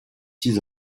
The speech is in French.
six